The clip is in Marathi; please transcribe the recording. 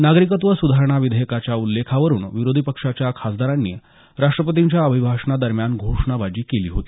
नागरिकत्व सुधारणा विधेयकाच्या उल्लेखावरून विरोधी पक्षाच्या खासदारांनी राष्ट्रपतींच्या अभिभाषणादरम्यान घोषणाबाजी केली होती